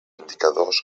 indicadors